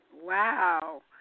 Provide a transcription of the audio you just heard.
wow